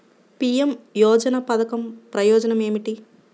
PM యోజన పధకం ప్రయోజనం ఏమితి?